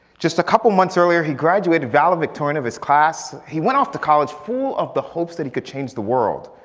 just a couple months earlier he graduated valor victorian of his class. he went off to college, full of the hopes that he could change the world.